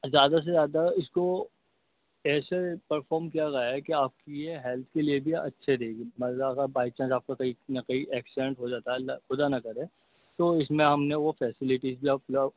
زیادہ سے زیادہ اس کو ایسے پرفارم کیا گیا ہے کہ آپ کی یہ ہیلتھ کے لیے بھی اچھے رہے گی بائی چانس آپ کا کہیں نہ کہیں ایکسیڈینٹ ہو جاتا ہے اللہ خدا نہ کرے تو اس میں ہم نے وہ فیسلٹیز بھی ہے اور پلس